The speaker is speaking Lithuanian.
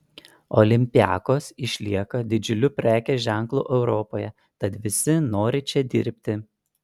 olympiakos išlieka didžiuliu prekės ženklu europoje tad visi nori čia dirbti